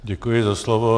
Děkuji za slovo.